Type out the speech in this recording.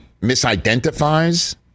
misidentifies